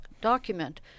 document